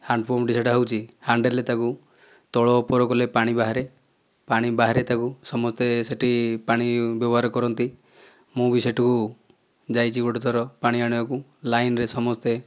ହ୍ୟାଣ୍ଡପମ୍ପଟି ସେଇଟା ହେଉଛି ହଣ୍ଡେଲରେ ତାକୁ ତଳ ଉପର କଲେ ପାଣି ବାହାରେ ପାଣି ବାହାରେ ତାକୁ ସମସ୍ତେ ସେଇଠି ପାଣି ବ୍ୟବହାର କରନ୍ତି ମୁଁ ବି ସେଇଠୁ ଯାଇଛି ଗୋଟିଏ ଥର ପାଣି ଆଣିବାକୁ ଲାଇନରେ ସମସ୍ତେ